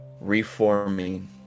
reforming